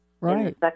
Right